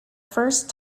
first